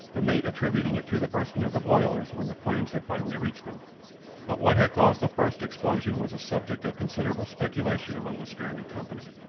the mate attributing it to the bursting of the boilers when the flames had finally reached them but what had caused the first explosion was a subject of considerable speculation among the stranded company.